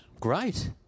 Great